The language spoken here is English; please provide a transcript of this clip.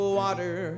water